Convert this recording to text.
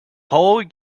pole